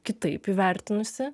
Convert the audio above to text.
kitaip įvertinusi